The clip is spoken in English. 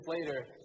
later